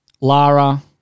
Lara